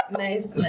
nice।